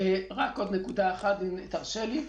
רק עוד נקודה אחת אם תרשה לי.